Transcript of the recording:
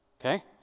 okay